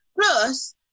plus